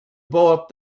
bought